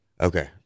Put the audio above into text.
Okay